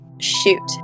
shoot